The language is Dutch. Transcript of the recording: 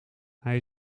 hij